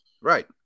Right